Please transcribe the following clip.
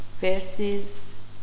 verses